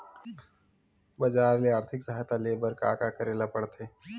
बजार ले आर्थिक सहायता ले बर का का करे ल पड़थे?